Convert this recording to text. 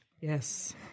Yes